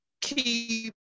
keep